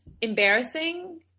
embarrassing